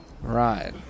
Right